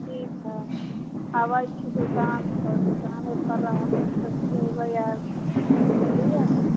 ठीक हइ अबै छी दोकानपर दोकानेपर रहबै कहीँ जेबै आओर नहि बुझलिए